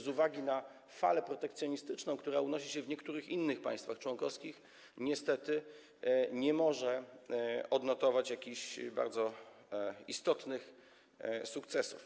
Z uwagi na falę protekcjonistyczną, która jest widoczna w niektórych innych państwach członkowskich, niestety nie można odnotować tu jakichś bardzo istotnych sukcesów.